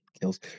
kills